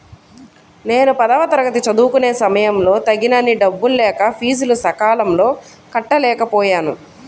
నేను పదవ తరగతి చదువుకునే సమయంలో తగినన్ని డబ్బులు లేక ఫీజులు సకాలంలో కట్టలేకపోయాను